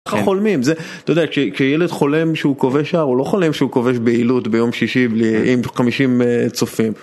חולמים זה אתה יודע כשילד חולם שהוא כובש שער הוא לא חולם שהוא כובש בלוד ביום שישי עם 50 צופים.